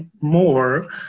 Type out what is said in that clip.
more